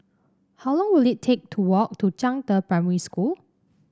how long will it take to walk to Zhangde Primary School